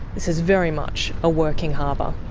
this is very much a working harbour.